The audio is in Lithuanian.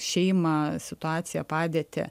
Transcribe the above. šeimą situaciją padėtį